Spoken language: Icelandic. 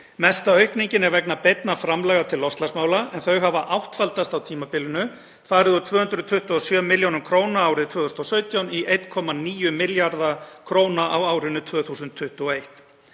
Mesta aukningin er vegna beinna framlaga til loftslagsmála en þau hafa áttfaldast á tímabilinu, farið úr 227 millj. kr. árið 2017 í 1,9 milljarða kr. á árinu 2021.